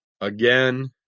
Again